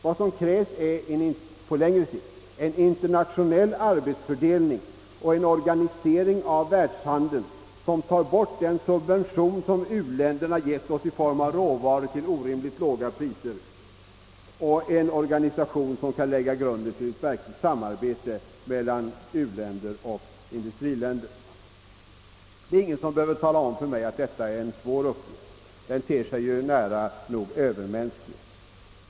Vad som krävs på längre sikt är en internationell arbetsfördelning och en organisering av världshandeln som tar bort den subvention som u-länderna givit oss i form av råvaror till orimligt låga priser, liksom även en organisation som kan lägga grunden till ett verkligt samarbete mellan u-länder och industriländer. Det är ingen som behöver tala om för mig att detta är en svår uppgift. Den ter sig nära nog övermänsklig.